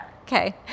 okay